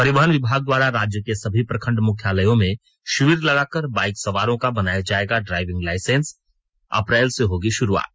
परिवहन विभाग द्वारा राज्य के सभी प्रखंड मुख्यालयों में शिविर लगाकर बाइक सवारों का बनाया जायेगा ड्राइविंग लाइसेंस अप्रैल से होगी शुरूआत